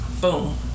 Boom